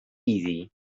easy